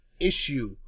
issue